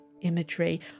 imagery